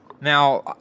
Now